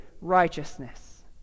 righteousness